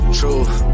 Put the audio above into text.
truth